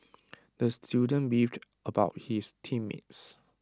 the student beefed about his team mates